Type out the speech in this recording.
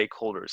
stakeholders